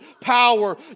power